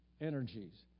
energies